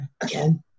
again